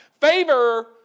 favor